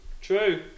True